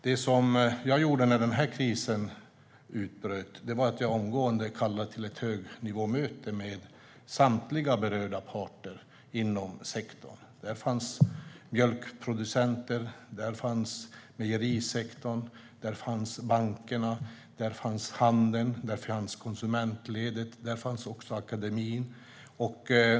Det jag gjorde när den här krisen utbröt var att omgående kalla till ett högnivåmöte med samtliga berörda parter inom sektorn. Där fanns mjölkproducenter, där fanns mejerisektorn, där fanns bankerna, där fanns handeln, där fanns konsumentledet och där fanns även akademin.